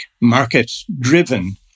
market-driven